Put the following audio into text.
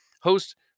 host